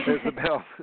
Isabel